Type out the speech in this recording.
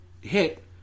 hit